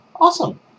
Awesome